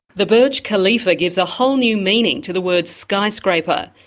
the burj khalifa gives a whole new meaning to the word skyscraper.